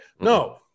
No